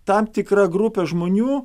tam tikra grupė žmonių